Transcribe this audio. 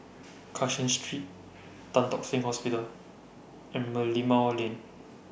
Cashin Street Tan Tock Seng Hospital and Merlimau Lane